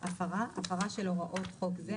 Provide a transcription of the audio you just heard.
"הפרה" הפרה של הוראות חוק זה,